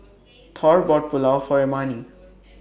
Thor bought Pulao For Imani